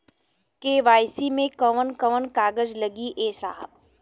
KYC मे कवन कवन कागज लगी ए साहब?